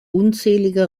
unzählige